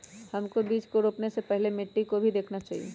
हमको बीज को रोपने से पहले मिट्टी को भी देखना चाहिए?